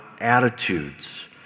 attitudes